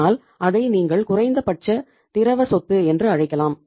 ஆனால் அதை நீங்கள் குறைந்தபட்ச திரவ சொத்து என்று அழைக்கலாம்